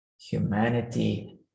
humanity